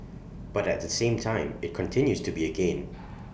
but at the same time IT continues to be A gain